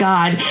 God